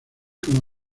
como